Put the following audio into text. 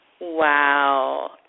Wow